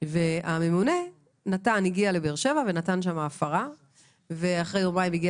והממונה הגיעה לבאר שבע ונתן שם הפרה ואחרי יומיים הגיע